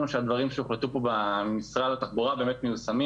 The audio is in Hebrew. שהדברים שהוחלטו במשרד התחבורה באמת מיושמים